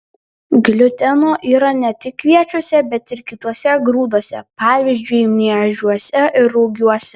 gliuteno yra ne tik kviečiuose bet ir kituose grūduose pavyzdžiui miežiuose ir rugiuose